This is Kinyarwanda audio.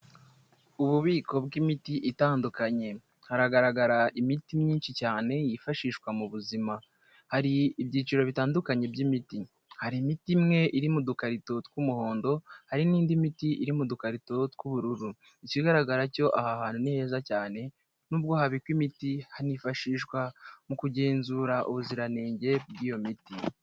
Ububiko bw'imiti itandukanye, haragaragara imiti myinshi cyane yifashishwa mu buzima. Hari ibyiciro bitandukanye by'imiti. Hari imiti imwe iri mu dukarito tw'umuhondo, hari n'indi miti iri mu dukarito tw'ubururu. Ikigaragara cyo aha hantu ni heza cyane nubwo habikwa imiti, hanifashishwa mu kugenzura ubuziranenge bw'iyo miti.